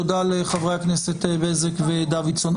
תודה לחברי הכנסת בזק ודוידסון.